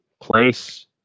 place